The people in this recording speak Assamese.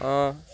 অঁ